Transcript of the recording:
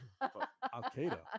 Al-Qaeda